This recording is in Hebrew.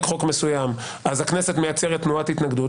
חוק מסוים אז הכנסת מייצרת תנועת התנגדות,